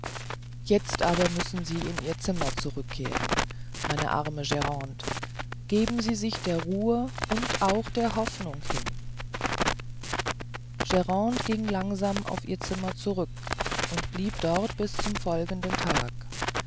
jetzt aber müssen sie in ihr zimmer zurückkehren meine arme grande geben sie sich der ruhe und auch der hoffnung hin grande ging langsam auf ihr zimmer zurück und blieb dort bis zum folgenden tage